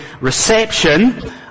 reception